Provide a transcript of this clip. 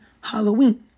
Halloween